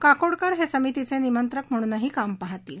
काकोडकर हे समितीचे निमंत्रक म्हणूनही काम पाहतील